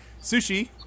Sushi